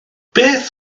beth